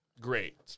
Great